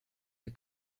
you